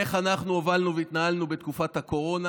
איך אנחנו הובלנו והתנהלנו בתקופת הקורונה